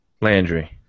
Landry